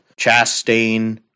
Chastain